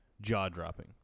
jaw-dropping